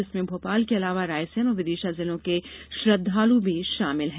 जिसमें भोपाल के अलावा रायसेन और विदिशा जिलों के श्रद्वालु भी शामिल हैं